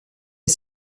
est